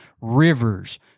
rivers